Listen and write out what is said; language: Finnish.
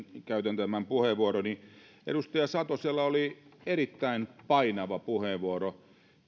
käytän tämän puheenvuoroni edustaja satosella oli erittäin painava puheenvuoro